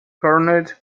garnered